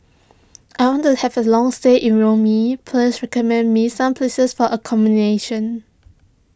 I want to have a long stay in Rome please recommend me some places for accommodation